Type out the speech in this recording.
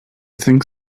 think